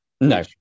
No